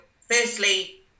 firstly